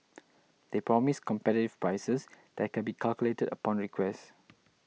they promise competitive prices that can be calculated upon request